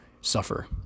suffer